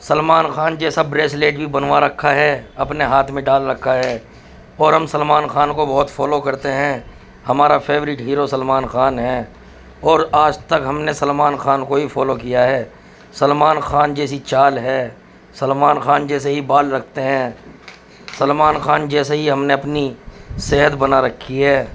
سلمان خان جیسا بریسلیٹ بھی بنوا رکھا ہے اپنے ہاتھ میں ڈال رکھا ہے اور ہم سلمان خان کو بہت فالو کرتے ہیں ہمارا فیورٹ ہیرو سلمان خان ہے اور آج تک ہم نے سلمان خان کو ہی فالو کیا ہے سلمان خان جیسی چال ہے سلمان خان جیسے ہی بال رکھتے ہیں سلمان خان جیسے ہی ہم نے اپنی صحت بنا رکھی ہے